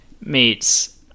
meets